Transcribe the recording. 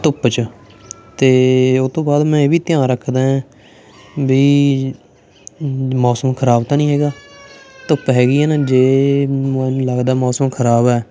ਧੁੱਪ 'ਚ ਅਤੇ ਉਹਤੋਂ ਬਾਅਦ ਮੈਂ ਇਹ ਵੀ ਧਿਆਨ ਰੱਖਦਾਂ ਵੀ ਮੌਸਮ ਖਰਾਬ ਤਾਂ ਨਹੀਂ ਹੈਗਾ ਧੁੱਪ ਹੈਗੀ ਹੈ ਨਾ ਜੇ ਲੱਗਦਾ ਮੌਸਮ ਖਰਾਬ ਹੈ